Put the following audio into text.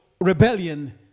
rebellion